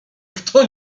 kto